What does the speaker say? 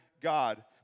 God